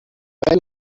ولی